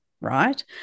right